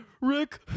Rick